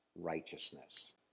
righteousness